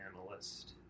analyst